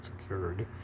secured